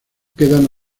quedan